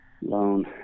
loan